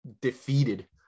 defeated